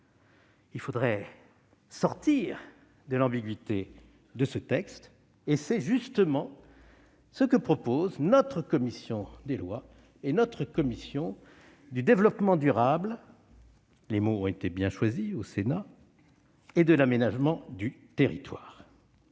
ce projet de révision constitutionnelle. C'est justement ce que proposent notre commission des lois et notre commission du développement durable- les mots ont été bien choisis au Sénat -et de l'aménagement du territoire.